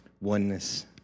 Oneness